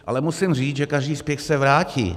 Ale musím říct, že každý spěch se vrátí.